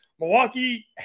Milwaukee